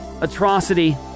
atrocity